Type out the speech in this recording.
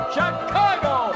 Chicago